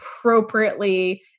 appropriately